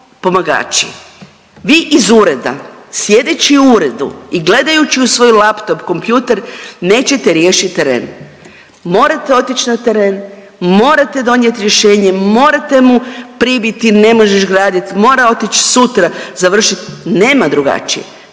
pomagači. Vi iz ureda, sjedeći u uredu i gledajući u svoj laptop, kompjuter nećete riješiti teren. Morate otići na teren, morate donijeti rješenje, morate mu pribiti ne možeš graditi, mora otići sutra završit, nema drugačije.